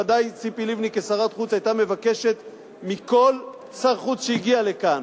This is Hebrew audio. בוודאי ציפי לבני כשרת חוץ היתה מבקשת מכל שר חוץ שהגיע לכאן.